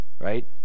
right